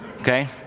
Okay